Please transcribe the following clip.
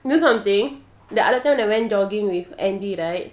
you know something that other time I went jogging with andy right